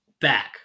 back